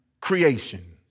creation